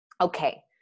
okay